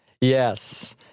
Yes